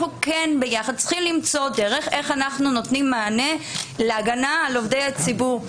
אנחנו ביחד צריכים למצוא מענה להגנה על עובדי ציבור.